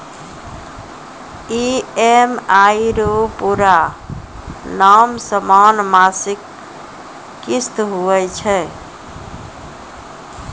EMI रो पूरा नाम समान मासिक किस्त हुवै छै